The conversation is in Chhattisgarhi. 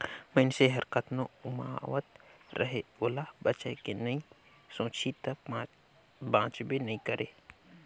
मइनसे हर कतनो उमावत रहें ओला बचाए के नइ सोचही त बांचबे नइ करे